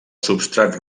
substrat